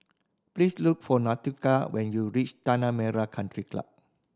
please look for Nautica when you reach Tanah Merah Country Club